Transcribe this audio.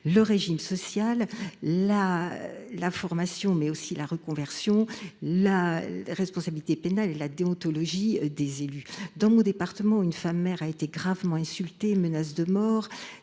le régime social, la formation et la reconversion, la responsabilité pénale et la déontologie des élus. Dans mon département, une femme maire a été gravement insultée et menacée de mort.